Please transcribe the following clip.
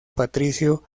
patricio